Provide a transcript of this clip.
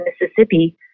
Mississippi